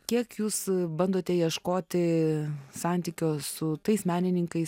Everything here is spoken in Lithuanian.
kiek jūs bandote ieškoti santykio su tais menininkais